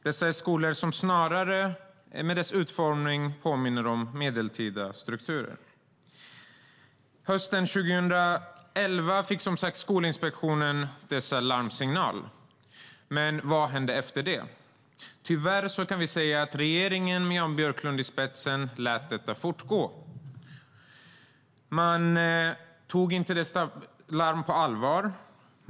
Detta är skolor som i sin utformning snarare påminner om medeltida strukturer. Hösten 2011 fick som sagt Skolinspektionen dessa larmsignaler. Vad hände efter det? Tyvärr kan vi säga att den förra regeringen med Jan Björklund i spetsen lät detta fortgå. Man tog inte dessa larm på allvar.